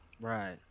Right